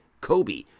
Kobe